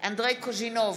אנדרי קוז'ינוב,